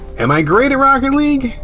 am i great at rocket league?